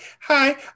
hi